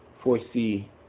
Foresee